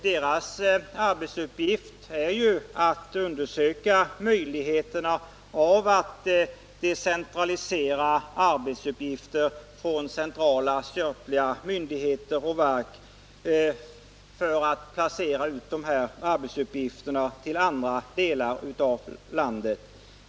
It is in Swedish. Dess arbetsuppgift är ju att undersöka möjligheterna att decentralisera arbetsuppgifter från centrala statliga myndigheter och verk för att utlokalisera dessa arbetsuppgifter till andra delar av landet.